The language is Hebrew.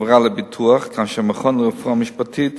חברה לביטוח, והמכון לרפואה משפטית